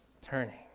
turning